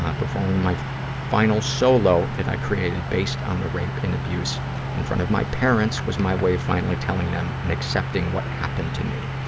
performing my final solo that i created based on the rape and abuse in front of my parents was my way of finally telling them and accepting what happened to me.